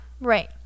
right